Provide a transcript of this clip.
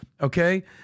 Okay